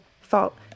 fault